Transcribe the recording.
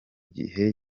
gihe